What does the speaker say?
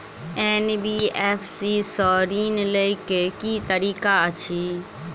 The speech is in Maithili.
एन.बी.एफ.सी सँ ऋण लय केँ की तरीका अछि?